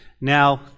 now